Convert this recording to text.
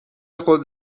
خود